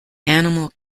animal